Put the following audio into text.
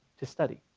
to study.